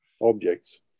objects